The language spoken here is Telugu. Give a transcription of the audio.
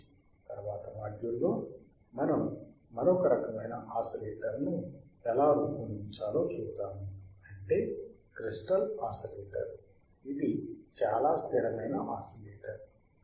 తరువాతి మాడ్యూల్లో మనం మరొక రకమైన ఆసిలేటర్ను ఎలా రూపొందించాలో చూద్దాము అంటే క్రిస్టల్ ఓసిలేటర్ ఇది చాలా స్థిరమైన ఓసిలేటర్